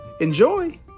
Enjoy